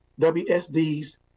WSD's